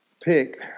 pick